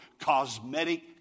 cosmetic